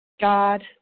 God